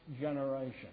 generation